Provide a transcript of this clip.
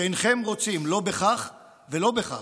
שאינכם רוצים לא בכך ולא בכך.